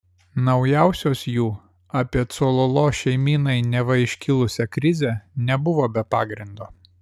naujausios jų apie cololo šeimynai neva iškilusią krizę nebuvo be pagrindo